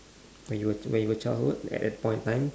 when you were when you were childhood at that point in time